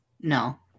No